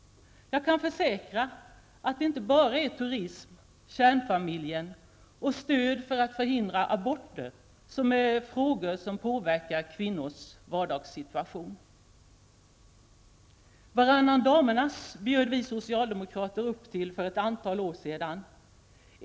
Jag kan försäkra att det inte bara är turism, kärnfamiljen och stöd för att förhindra aborter som är frågor som påverkar kvinnors vardagssituation. ''Varannan damernas'' bjöd socialdemokrater upp till för ett antal år sedan.